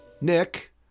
Nick